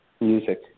music